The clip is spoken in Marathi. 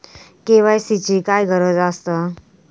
के.वाय.सी ची काय गरज आसा?